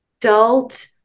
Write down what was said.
adult